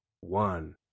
one